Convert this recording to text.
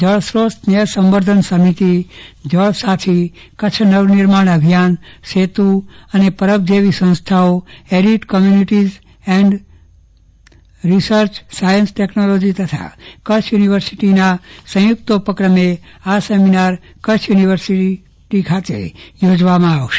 જળસ્ત્રોત સ્નેહ સંવર્ધન સમિતિ જળસાથી કચ્છ નવીમાણ અભિયાન સેતુ પરબ જેવી સંસ્થાઓ arid communities and science technology તથા કચ્છ યુનિવર્સિટીના સંયૂકત ઉપક્રમેસેમિનાર કચ્છ યુનિવર્સિટી ખાતે યોજવામાં આવ્યો છે